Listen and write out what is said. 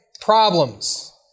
problems